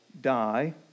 die